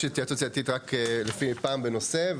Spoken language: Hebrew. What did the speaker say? יש התייעצות סיעתית פעם בנושא,